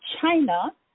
China